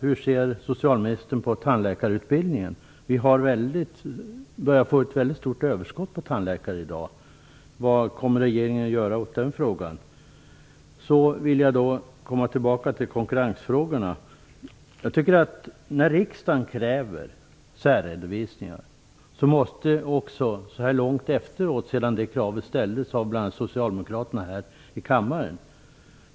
Hur ser socialministern på tandläkarutbildningen? Vi börjar få ett stort överskott av tandläkare. Vad kommer regeringen att göra åt det? Så tillbaka till konkurrensfrågorna. När riksdagen kräver särredovisning måste regeringen - också så här långt efter det att det kravet ställdes i denna kammare av bl.a.